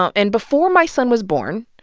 um and before my son was born,